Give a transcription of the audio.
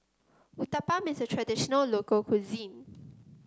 Uthapam is a traditional local cuisine